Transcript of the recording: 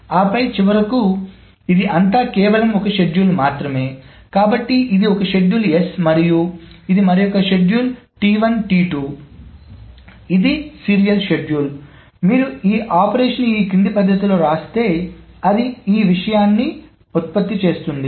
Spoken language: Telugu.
ఆపై చివరకు ఇది అంతా కేవలం ఒక షెడ్యూల్ మాత్రమే కాబట్టి ఇది ఒక షెడ్యూల్ S మరియు ఇది మరొక షెడ్యూల్ ఇది సీరియల్ షెడ్యూల్ మీరు ఈ ఆపరేషన్లు ఈ క్రింది పద్ధతిలో వ్రాస్తే అది ఈ విషయాన్ని ఉత్పత్తి చేస్తుంది